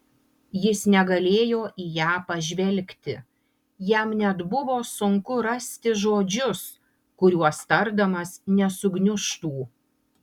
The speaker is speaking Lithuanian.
jis negalėjo į ją pažvelgti jam net buvo sunku rasti žodžius kuriuos tardamas nesugniužtų